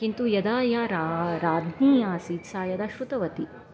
किन्तु यदा या रा राज्ञी आसीत् सा यदा श्रुतवती